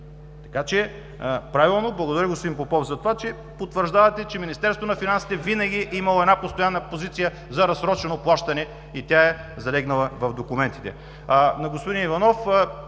Така че правилно – благодаря, господин Попов, за това, че потвърждавате, че Министерството на финансите винаги е имало една постоянна позиция за разсрочено плащане и тя е залегнала в документите.